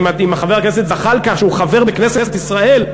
אם חבר הכנסת זחאלקה, שהוא חבר בכנסת בישראל,